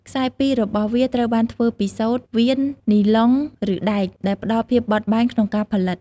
ខ្សែពីររបស់វាត្រូវបានធ្វើពីសូត្រ វៀន នីឡុង ឬដែក ដែលផ្តល់ភាពបត់បែនក្នុងការផលិត។